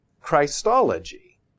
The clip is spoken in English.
Christology